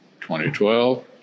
2012